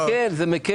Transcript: זה מקל.